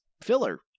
filler